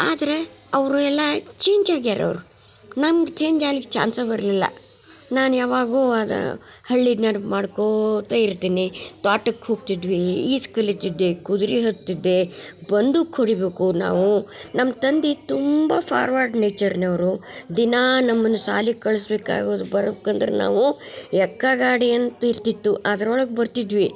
ಆದರೆ ಅವರು ಎಲ್ಲಾ ಚೇಂಜ್ ಆಗ್ಯಾರ ಅವರು ನಮ್ಗೆ ಚೇಂಜ್ ಆಗ್ಲಿಕ್ಕೆ ಚಾನ್ಸೆ ಬರಲಿಲ್ಲ ನಾನು ಯಾವಾಗು ಅದ ಹಳ್ಳಿ ನೆನ್ಪು ಮಾಡ್ಕೋತಾ ಇರ್ತೀನಿ ತೋಟಕ್ಕೆ ಹೋಗ್ತಿದ್ವಿ ಈಜು ಕಲಿತಿದ್ದೆ ಕುದ್ರಿ ಹತ್ತಿದ್ದೆ ಬಂದೂಕ ಹೊಡಿಬೇಕು ನಾವು ನಮ್ಮ ತಂದಿ ತುಂಬಾ ಫಾರ್ವರ್ಡ್ ನೇಚರ್ನರು ದಿನ ನಮ್ಮನ್ನ ಶಾಲಿ ಕಳ್ಸ್ಬೇಕಾಗುದ ಬರುಕಂದ್ರೆ ನಾವು ಯಕ್ಕ ಗಾಡಿಯಂತೆ ಇರ್ತಿತ್ತು ಅದ್ರೊಳಗೆ ಬರ್ತಿದ್ವಿ